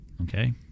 okay